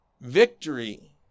Victory